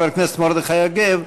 חבר הכנסת מרדכי יוגב,